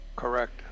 Correct